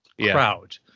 crowd